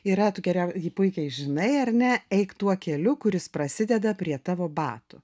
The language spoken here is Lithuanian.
yra tu geriau jį puikiai žinai ar ne eik tuo keliu kuris prasideda prie tavo batų